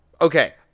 okay